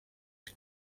you